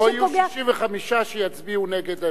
לא יהיו 65 שיצביעו נגד.